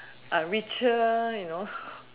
uh richer you know